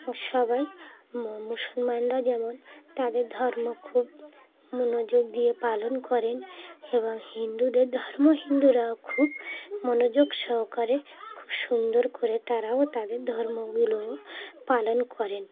সবাই মুসলমানরা যেমন তাদের ধর্ম খুব মনোযোগ দিয়ে পালন করেন এবং হিন্দুদের ধর্ম হিন্দুরাও খুব মনোযোগ সহকারে খুব সুন্দর করে তারাও তাদের ধর্মগুলোও পালন করেন